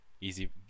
Easy